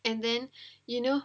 and then you know